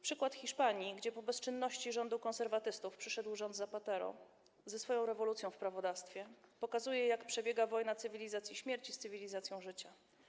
Przykład Hiszpanii, gdzie po bezczynności rządu konserwatystów przyszedł rząd Zapatero ze swoją rewolucją w prawodawstwie, pokazuje, jak przebiega wojna cywilizacji śmierci z cywilizacją życia.